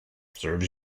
serves